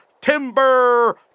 timber